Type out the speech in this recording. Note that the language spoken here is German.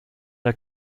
der